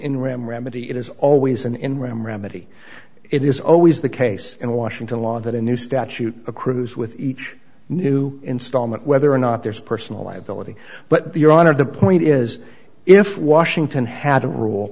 in ram remedy it is always an in ram remedy it is always the case in washington law that a new statute accrues with each new installment whether or not there's personal liability but your honor the point is if washington had a rule